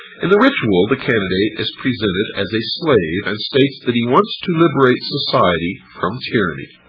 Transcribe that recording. in the ritual the candidate is presented as a slave, and states that he wants to liberate society from tyranny.